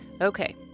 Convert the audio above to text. Okay